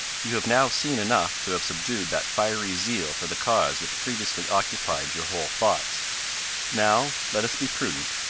you have now seen enough to have subdued that fiery zeal for the cause which previously occupied your whole thoughts now let us be prudent,